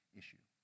issue